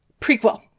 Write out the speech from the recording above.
Prequel